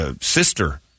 sister